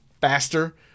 faster